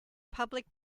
public